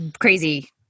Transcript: crazy